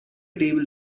table